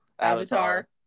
Avatar